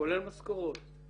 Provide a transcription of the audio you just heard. כולל משכורות,